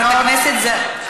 תצטרף לליכוד.